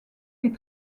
les